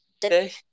today